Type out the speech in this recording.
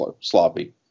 sloppy